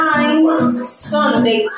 Sunday